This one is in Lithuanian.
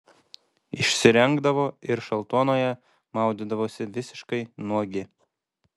išsirengdavo ir šaltuonoje maudydavosi visiškai nuogi